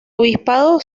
obispado